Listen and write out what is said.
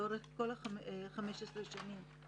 ללא ספק הדוח הזה האיר נקודות ושיפרנו דברים ודיווחנו על זה למבקר,